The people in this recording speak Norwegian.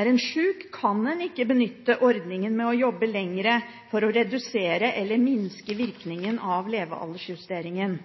Er en syk, kan en ikke benytte ordningen med å jobbe lenger for å redusere eller minske virkningen av levealdersjusteringen.